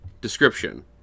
description